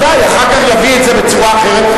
אחר כך הוא יביא את זה בצורה אחרת,